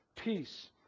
peace